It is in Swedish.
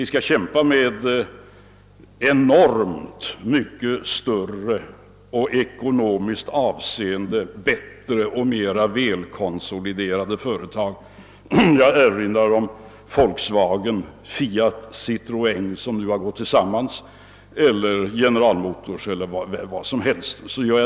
De skall kämpa med enormt mycket större och i ekonomiskt avseende bättre och mera välkonsoliderade företag — jag erinrar om Volkswagen, Fiat och Citroén — som nu har gått tillsammans — och General Motors.